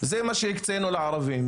זה מה שהקצו לערבים.